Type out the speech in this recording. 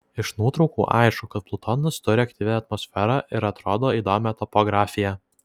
iš nuotraukų aišku kad plutonas turi aktyvią atmosferą ir atrodo įdomią topografiją